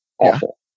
awful